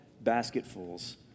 basketfuls